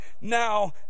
now